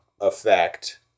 effect